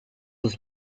was